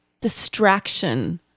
distraction